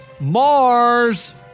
Mars